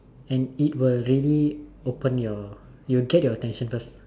and it will really open your it will get your attention first